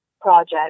project